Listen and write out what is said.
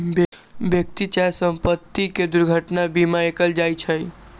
व्यक्ति चाहे संपत्ति के दुर्घटना बीमा कएल जाइ छइ